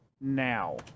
now